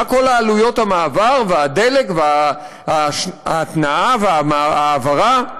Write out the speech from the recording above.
מה עם כל עלויות המעבר, הדלק, ההתנעה וההעברה?